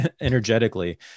energetically